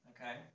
okay